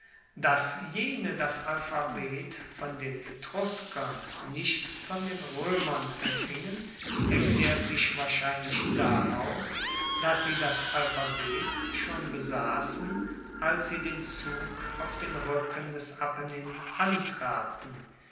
dass jene das alphabet von den etruskern nicht von den roemern empfingen erklaert sich wahrscheinlich daraus dass sie das alphabet schon besassen als sie den zug auf den ruecken des apennin antraten